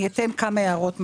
אני אתן כמה הערות מקדימות.